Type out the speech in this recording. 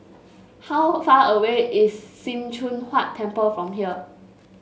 how far away is Sim Choon Huat Temple from here